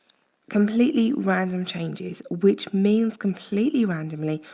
completely random changes which means completely randomly,